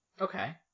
Okay